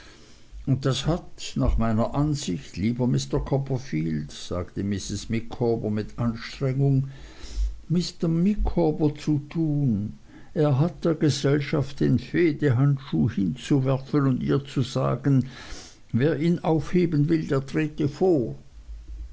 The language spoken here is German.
und das hat nach meiner ansicht lieber mr copperfield sagte mrs micawber mit anstrengung mr micawber zu tun er hat der gesellschaft den fehdehandschuh hinzuwerfen und zu ihr zu sagen wer ihn aufheben will der trete vor